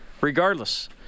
Regardless